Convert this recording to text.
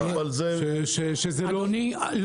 אדוני,